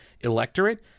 electorate